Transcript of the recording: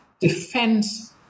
defense